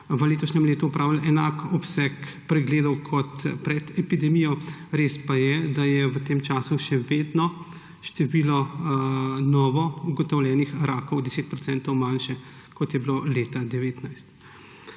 v letošnjem letu opravili enak obseg pregledov kot pred epidemijo, res pa je, da je v tem času še vedno število na novo ugotovljenih rakov za 10 % manjše, kot je bilo leta 2019.